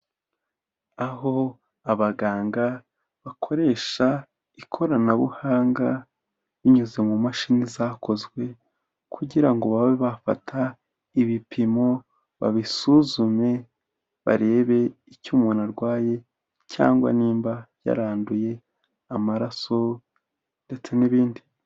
Aho abaganga bakoresha ikoranabuhanga binyuze mu mashini zakozwe kugira ngo babe bafata ibipimo babisuzume, barebe icyo umuntu arwaye cyangwa niba yaranduye amaraso ndetse n'ibindi.